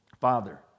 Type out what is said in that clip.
Father